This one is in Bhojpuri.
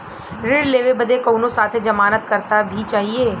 ऋण लेवे बदे कउनो साथे जमानत करता भी चहिए?